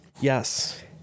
Yes